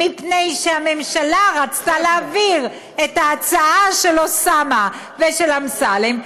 זה מפני שהממשלה רצתה להעביר את ההצעה של אוסאמה ושל אמסלם,